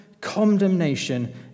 condemnation